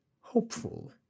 hopeful